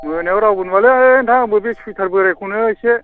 मोनायाव रावबो नुवालै नोंथां आंबो बे सुइथार बोरायखौनो एसे